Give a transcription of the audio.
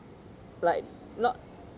like not